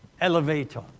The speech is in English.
elevator